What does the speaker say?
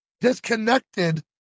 disconnected